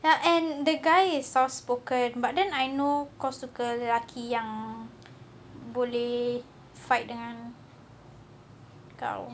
ya and the guy is soft spoken but then I know kau suka lelaki yang boleh fight dengan kau